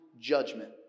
judgment